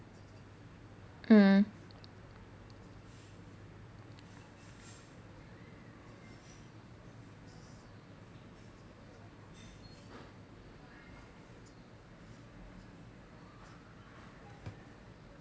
mm